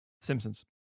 Simpsons